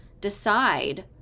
decide